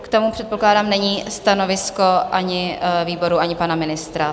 K tomu předpokládám není stanovisko ani výboru, ani pana ministra.